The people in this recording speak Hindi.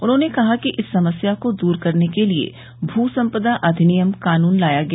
उन्होंने कहा कि इस समस्या को दूर करने के लिए भू संपदा अधिनियम कानून लाया गया